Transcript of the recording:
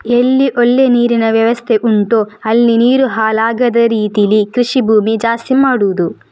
ಎಲ್ಲಿ ಒಳ್ಳೆ ನೀರಿನ ವ್ಯವಸ್ಥೆ ಉಂಟೋ ಅಲ್ಲಿ ನೀರು ಹಾಳಾಗದ ರೀತೀಲಿ ಕೃಷಿ ಭೂಮಿ ಜಾಸ್ತಿ ಮಾಡುದು